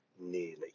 nearly